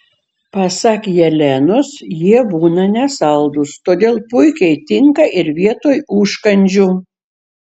pasak jelenos jie būna nesaldūs todėl puikiai tinka ir vietoj užkandžių